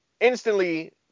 instantly